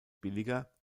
billiger